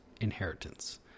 inheritance